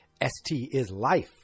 STIsLife